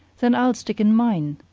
then i'll stick in mine,